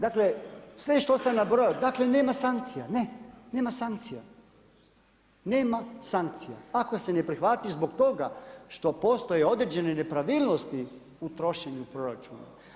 Dakle, sve što sam nabrojao, dakle nema sankcija, ne, nema sankcija ako se ne prihvati zbog toga što postoje određene nepravilnosti u trošenju proračuna.